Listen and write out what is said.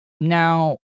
Now